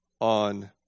on